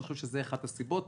אני חושב שזו אחת הסיבות.